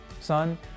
Son